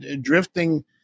drifting